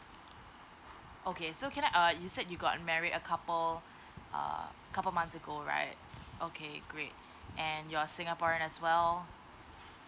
okay so can I err you said you got married a couple err couple months ago right okay great and you're singaporean as well